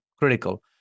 critical